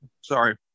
Sorry